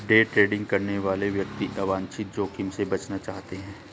day trading करने वाले व्यक्ति अवांछित जोखिम से बचना चाहते हैं